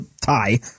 tie